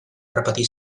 repetir